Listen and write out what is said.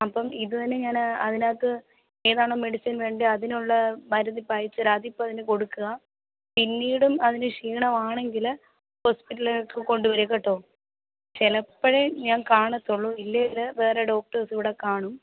അപ്പം ഇത് തന്നെ ഞാൻ അതിനകത്ത് ഏതാണോ മെഡിസിന് വേണ്ടത് അതിനുള്ള മരുന്ന് ഇപ്പം അയച്ചുതരാം അതിപ്പം അതിന് കൊടുക്കുക പിന്നീടും അതിന് ക്ഷീണം ആണെങ്കിൽ ഹോസ്പിറ്റലിലേക്ക് കൊണ്ട് വരൂ കേട്ടോ ചിലപ്പോഴേ ഞാന് കാണുള്ളൂ ഇല്ലെങ്കിൽ വേറെ ഡോക്ടർസ് ഇവിടെ കാണും